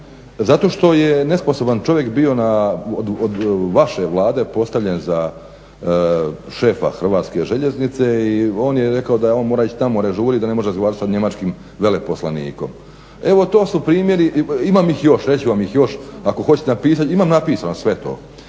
Zato što je nesposoban čovjek bio od vaše Vlade postavljen za šefa Hrvatske željeznice i on je rekao da on mora ići na more žuriti da ne može razgovarati sa njemačkim veleposlanikom. Evo, to su primjeri, imam ih još, reći ću vam ih još ako hoćete. Imam napisano sve to